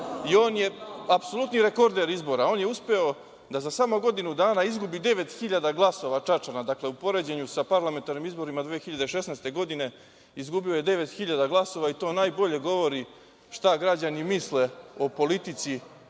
i on je apsolutni rekorder izbora. On je uspeo da za samo godinu dana izgubi 9.000 glasova Čačana. Dakle, u poređenju sa parlamentarnim izborima 2016. godine, izgubio je 9.000 glasova, i to najbolje govori šta građani misle o politici mržnje,